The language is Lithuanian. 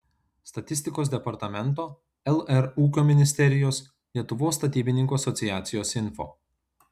statistikos departamento lr ūkio ministerijos lietuvos statybininkų asociacijos info